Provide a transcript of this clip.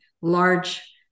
large